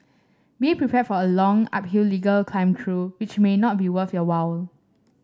be prepared for a long uphill legal climb though which may not be worth your while